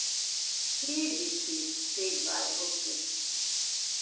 ठीक जी ठीक ठीक बाय ओके